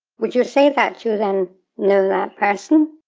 would you say that you then know that person?